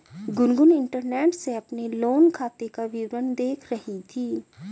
Gungun internet से अपने loan खाते का विवरण देख रही थी